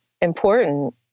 important